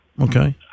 Okay